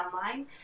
online